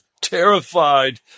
terrified